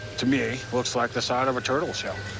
to me, looks like the side of a turtle shell.